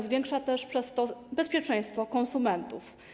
Zwiększa także przez to bezpieczeństwo konsumentów.